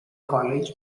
college